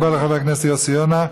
תודה רבה לחבר הכנסת יוסי יונה.